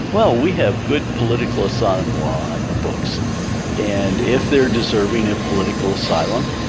well, we have good political asylum law on the books and if they're deserving of political asylum,